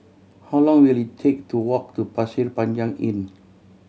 how long will it take to walk to Pasir Panjang Inn